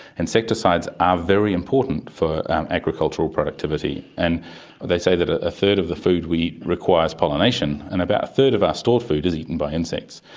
insecticides are very important for agricultural productivity, and they say that a third of the food we eat requires pollination, and about a third of our stored food is eaten by insects.